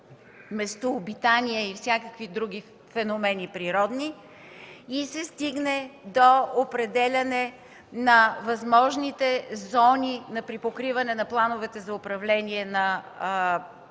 местообитания и всякакви други природни феномени и се стигне до определяне на възможните зони на припокриване на плановете за управление на